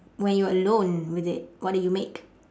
when you're alone with it what do you make